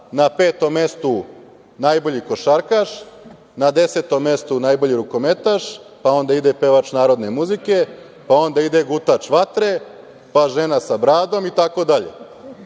na petom mestu najbolji košarkaš, na 10. mestu najbolji rukometaš, pa onda ide pevač narodne muzike, pa onda ide gutač vatre, pa žena sa bradom itd.